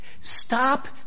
Stop